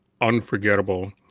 unforgettable